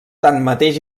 tanmateix